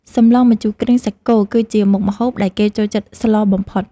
សម្លម្ជូរគ្រឿងសាច់គោ គឺជាមុខម្ហូបដែលគេចូលចិត្តស្លបំផុត។